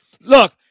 Look